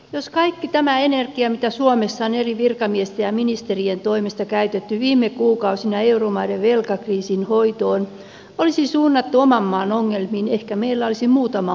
jos kaikki tämä energia mitä suomessa on eri virkamiesten ja ministerien toimesta käytetty viime kuukausina euromaiden velkakriisin hoitoon olisi suunnattu oman maan ongelmiin ehkä meillä olisi muutama ongelma vähemmän